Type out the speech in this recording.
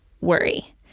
worry